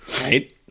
Right